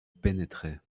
pénétrait